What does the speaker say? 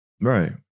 Right